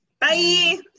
Bye